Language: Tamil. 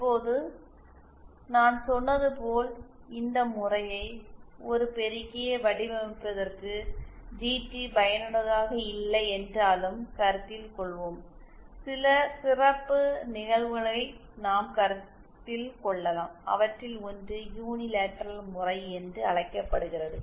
இப்போது நான் சொன்னது போல் ஒரு பெருக்கியை வடிவமைப்பதற்கு ஜிற்றி பயனுள்ளதாக இல்லை என்றாலும் சில சிறப்பு நிகழ்வுகளை நாம் கருத்தில் கொள்ளலாம் அவற்றில் ஒன்று யூனிலேட்ரல் முறை என்று அழைக்கப்படுகிறது